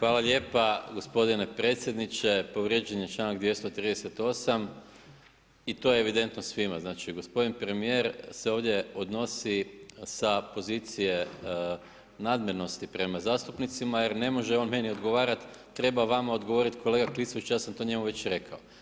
Hvala lijepa gospodine predsjedniče, povrijeđen je članak 238. i to je evidentno svima, znači gospodin premijer se ovdje odnosi sa pozicije nadmenosti prema zastupnicima jer ne može on meni odgovarat treba vama odgovorit kolega Klisović ja sam to njemu već rekao.